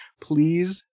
Please